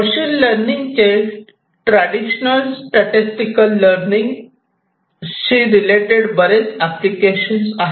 machine learning चे traditional statistical learning बरेच applications आहेत